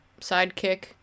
sidekick